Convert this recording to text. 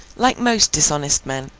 like most dishonest men,